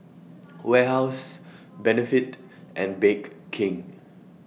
Warehouse Benefit and Bake King